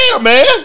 man